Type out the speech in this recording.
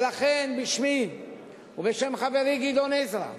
ולכן, בשמי ובשם חבר הכנסת גדעון עזרא,